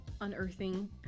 unearthing